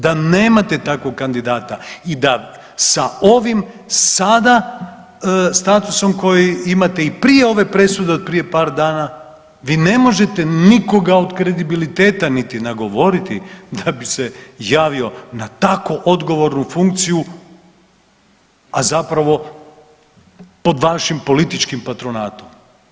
Da nemate takvog kandidata i da sa ovim sada statusom koji imate i prije ove presude od prije par dana, vi ne možete nikoga od kredibiliteta niti nagovoriti da bi se javio na tako odgovornu funkciju, a zapravo pod vašim političkim patronatom.